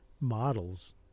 models